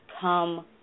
come